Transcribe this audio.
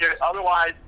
otherwise